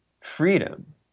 freedom